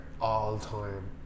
all-time